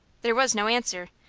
there was no answer.